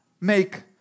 make